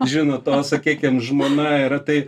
žinot o sakykim žmona yra tai